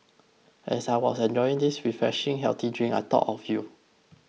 as I was enjoying this refreshing healthy drink I thought of you